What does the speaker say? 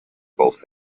both